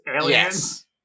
aliens